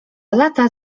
lata